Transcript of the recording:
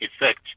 effect